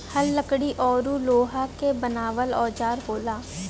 हल लकड़ी औरु लोहा क बनावल औजार होला